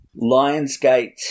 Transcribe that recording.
Lionsgate